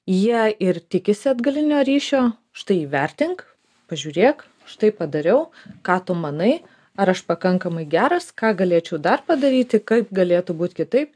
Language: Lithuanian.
jie ir tikisi atgalinio ryšio štai įvertink pažiūrėk štai padariau ką tu manai ar aš pakankamai geras ką galėčiau dar padaryti kaip galėtų būt kitaip